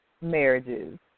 Marriages